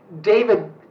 David